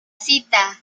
cita